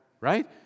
right